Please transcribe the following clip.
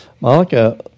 Malika